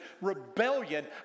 rebellion